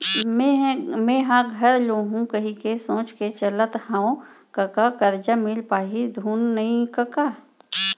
मेंहा घर लुहूं कहिके सोच के चलत हँव कका करजा मिल पाही धुन नइ कका